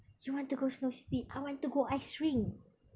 you want to go snow city I want to go ice rink